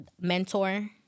mentor